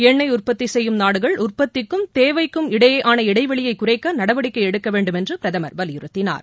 எண்ணெய் உற்பத்தி செய்யும் நாடுகள் உற்பத்திக்கும் தேவைக்கும் இடையேயான இடைவெளியை குறைக்க நடவடிக்கை எடுக்க வேண்டுமென்று பிரதமர் வலியுறுத்தினார்